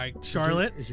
Charlotte